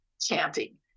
chanting